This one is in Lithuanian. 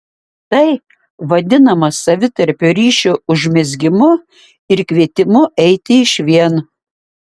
tai vadinama savitarpio ryšio užmezgimu ir kvietimu eiti išvien